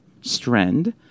strand